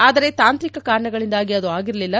ಆದರೆ ತಾಂತ್ರಿಕ ಕಾರಣಗಳಿಂದಾಗಿ ಅದು ಆಗಿರಲಿಲ್ಲ